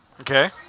Okay